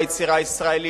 זה רע ליצירה הישראלית,